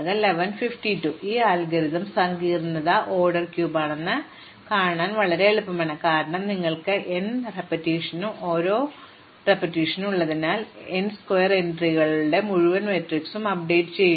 അതിനാൽ ഈ അൽഗോരിതം സങ്കീർണ്ണത ഓർഡർ ക്യൂബാണെന്ന് കാണാൻ വളരെ എളുപ്പമാണ് കാരണം നിങ്ങൾക്ക് n ആവർത്തനവും ഓരോ ആവർത്തനവും ഉള്ളതിനാൽ ഞങ്ങൾ n സ്ക്വയർ എൻട്രികളുള്ള മുഴുവൻ മാട്രിക്സും അപ്ഡേറ്റുചെയ്യുന്നു